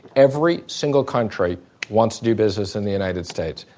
every single country wants to do business in the united states.